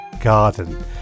garden